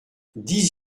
dix